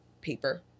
paper